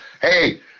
hey